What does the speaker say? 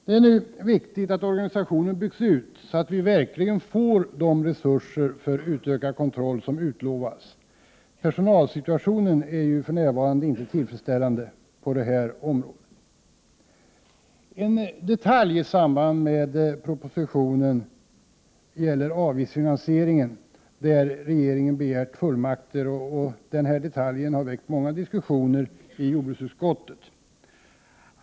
Det är viktigt att organisationen byggs ut, så att vi verkligen får de resurser för utökad kontroll som utlovats. Personalsituationen är för närvarande inte tillfredsställande på detta område. En detalj i propositionen handlar om avgiftsfinansiering, där regeringen har begärt fullmakter. Denna detalj har väckt många diskussioner i jordbruksutskottet.